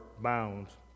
bounds